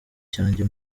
cyanjye